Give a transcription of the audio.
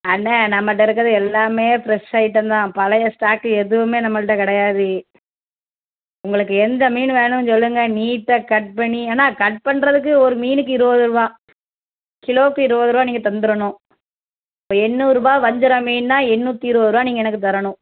அண்ணே நம்மகிட்ட இருக்கிறது எல்லாமே ஃப்ரெஷ் ஐட்டம் தான் பழைய ஸ்டாக்கு எதுமே நம்மள்கிட்ட கிடையாது உங்களுக்கு எந்த மீன் வேணும்னு சொல்லுங்க நீட்டாக கட் பண்ணி அண்ணா கட் பண்ணுறதுக்கு ஒரு மீனுக்கு இருபது ரூபா கிலோவுக்கு இருபது ரூபா நீங்க தந்துடணும் இப்போ எண்ணூறுபாய் வஞ்சிர மீன்னால் எண்ணூற்றி இருபது ரூபா நீங்கள் எனக்கு தரணும்